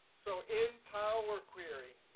so in power query,